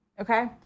Okay